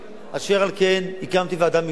אשר על כן הקמתי ועדה מקצועית,